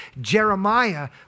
Jeremiah